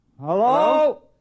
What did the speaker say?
Hello